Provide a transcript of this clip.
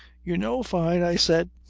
you know, fyne, i said,